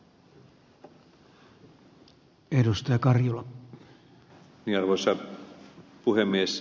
arvoisa puhemies